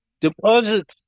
deposits